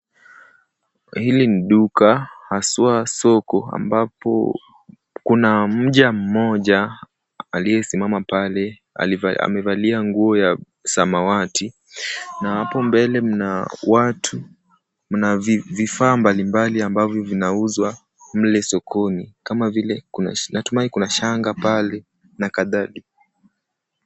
Hili ni duka, haswaa soko ambapo kuna mja mmoja aliyesimama pale. Amevalia nguo ya samawati na hapo mbele mna watu, mna vifaa mbalimbali ambavyo vinauzwa mle sokoni kama vile, natumai kuna shanga pale na kadhalika.